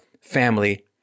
family